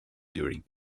during